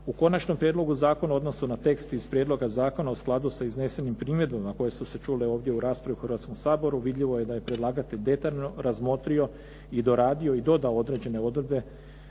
U konačnom prijedlogu zakona u odnosu na tekst iz prijedloga zakona u skladu sa iznesenim primjedbama koje su se čule ovdje u raspravi u Hrvatskom saboru vidljivo je da je predlagatelj detaljno razmotrio, doradio i dodao određene odredbe.